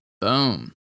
Boom